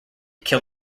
kill